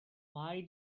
why